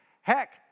heck